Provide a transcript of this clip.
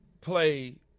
play